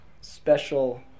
special